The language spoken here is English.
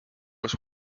was